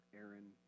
Aaron